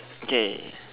okay